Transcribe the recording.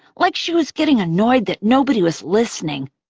like she was getting annoyed that nobody was listening.